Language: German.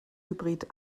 hybrid